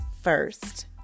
first